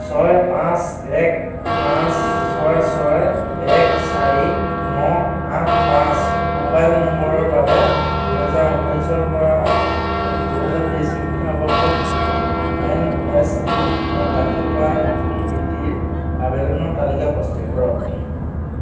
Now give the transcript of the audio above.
ছয় পাঁচ এক পাঁচ ছয় ছয় এক চাৰি ন আঠ পাঁচ মোবাইল নম্বৰৰ বাবে দুহেজাৰ ঊনৈছৰ পৰা দুহেজাৰ বিছ শিক্ষাবৰ্ষত এন এছ পিত দাখিল কৰা নতুন বৃত্তিৰ আবেদনৰ তালিকা প্ৰস্তুত কৰক